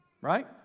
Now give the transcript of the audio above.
right